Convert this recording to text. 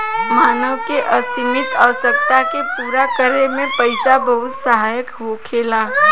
मानव के असीमित आवश्यकता के पूरा करे में पईसा बहुत सहायक होखेला